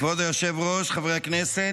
כבוד היושב-ראש, חברי הכנסת,